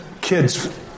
kids